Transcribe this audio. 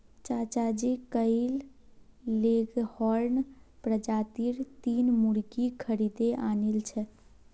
चाचाजी कइल लेगहॉर्न प्रजातीर तीन मुर्गि खरीदे आनिल छ